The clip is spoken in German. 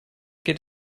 geht